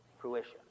fruition